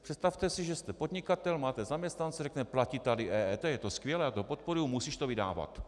Představte si, že jste podnikatel, máte zaměstnance, řekne platí tady EET, je to skvělé, já to podporuji, musíš to vydávat.